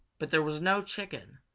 but there was no chicken,